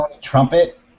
trumpet